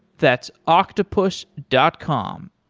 that's octopus dot com,